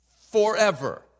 forever